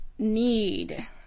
need